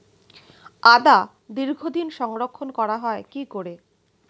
আদা দীর্ঘদিন সংরক্ষণ করা হয় কি করে?